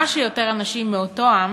כמה שיותר אנשים מאותו עם